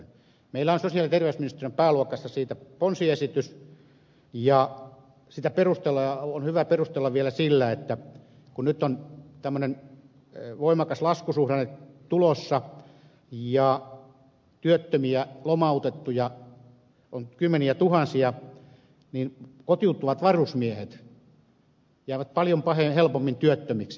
meillä on sosiaali ja terveysministeriön pääluokassa siitä ponsiesitys ja sitä on hyvä perustella vielä sillä että kun nyt on tämmöinen voimakas laskusuhdanne tulossa ja työttömiä lomautettuja on kymmeniätuhansia niin kotiutuvat varusmiehet jäävät paljon helpommin työttömiksi